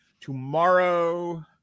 tomorrow